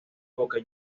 boca